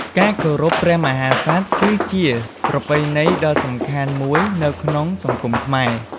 ការគោរពព្រះមហាក្សត្រ គឺជាប្រពៃណីដ៏សំខាន់មួយនៅក្នុងសង្គមខ្មែរ។